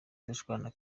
dushwana